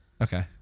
Okay